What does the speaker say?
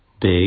big